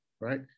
right